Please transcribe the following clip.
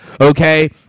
Okay